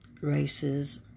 races